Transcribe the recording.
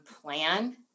plan